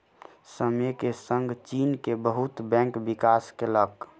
समय के संग चीन के बहुत बैंक विकास केलक